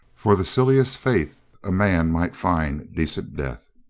for the silliest faith a man might find de cent death.